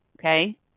okay